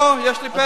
בוא, יש לי פתק.